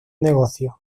negocios